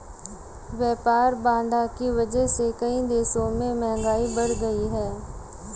व्यापार बाधा की वजह से कई देशों में महंगाई बढ़ गयी है